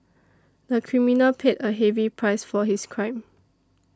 the criminal paid a heavy price for his crime